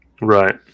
Right